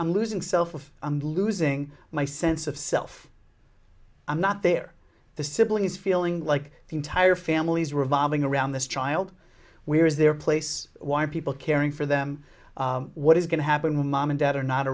i'm losing self and losing my sense of self i'm not there the sibling is feeling like the entire families revolving around this child where is their place why are people caring for them what is going to happen when mom and dad are not